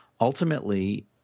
ultimately –